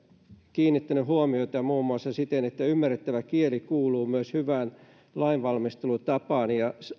kiinnittänyt huomiota tähän muun muassa siten että ymmärrettävä kieli kuuluu myös hyvään lainvalmistelutapaan